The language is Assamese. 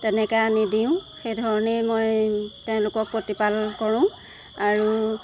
তেনেকৈ আনি দিওঁ সেই ধৰণেই মই তেওঁলোকক প্ৰতিপাল কৰো আৰু